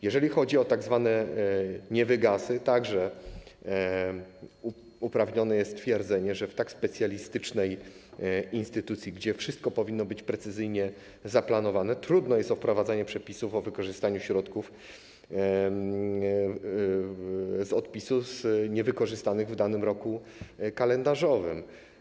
Jeżeli chodzi o tzw. niewygasy, uprawnione jest stwierdzenie, że w tak specjalistycznej instytucji, gdzie wszystko powinno być precyzyjnie zaplanowane, trudno jest o wprowadzanie przepisów o wykorzystaniu środków z odpisu niewykorzystanych w danym roku kalendarzowym.